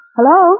Hello